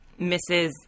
Mrs